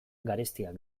garestiak